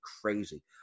crazy